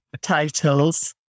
Titles